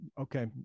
Okay